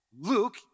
Luke